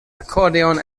akkordeon